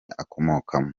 akomokamo